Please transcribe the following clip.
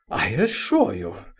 i assure you,